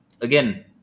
Again